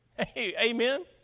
amen